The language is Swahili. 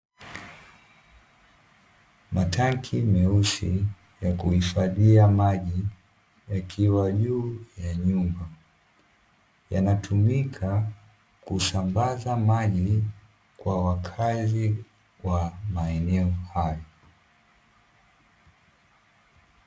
Matanki meusi ya kuhifadhia maji yakiwa juu ya nyumba. Yanatumika kusambaza maji kwa wakazi wa maeneo haya.